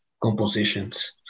compositions